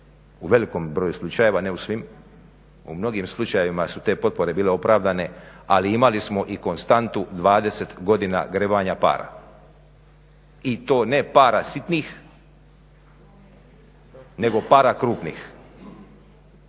U velikom broju slučajeva, ne u svim, u mnogim slučajevima su te potpore bile opravdane ali imali smo i konstantu 20 godina grebanja para i to ne para sitnih, nego para krupnih.